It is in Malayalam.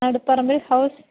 മടിപ്പറമ്പിൽ ഹൗസ്